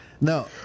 No